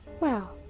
well,